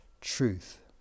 truth